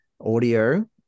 audio